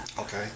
okay